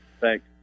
Thanks